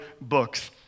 books